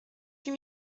huit